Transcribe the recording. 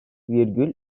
virgül